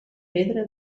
pedra